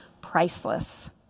priceless